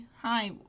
hi